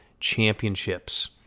Championships